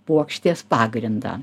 puokštės pagrindą